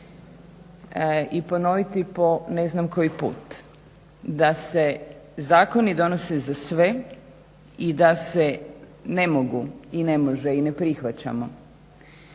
i ponoviti po ne znam koji put da se zakoni donose za sve i da se ne mogu i ne može i ne prihvaćamo